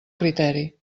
criteri